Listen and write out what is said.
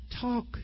talk